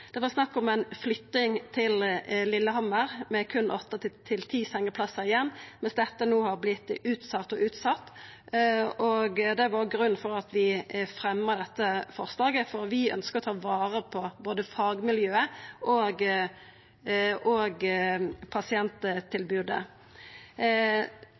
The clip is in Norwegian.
Det var snakk om flytting til Lillehammer, med berre åtte til ti sengeplassar igjen. Men dette har vorte utsett igjen og igjen. Grunnen til at vi fremjar dette forslaget, er at vi ønskjer å ta vare på både fagmiljøet og pasienttilbodet. Det som er viktig for å få det til, er å skapa tryggleik og